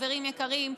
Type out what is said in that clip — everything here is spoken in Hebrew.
חברים יקרים,